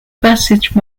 passage